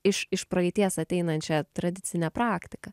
iš iš praeities ateinančią tradicinę praktiką